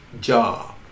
job